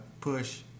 push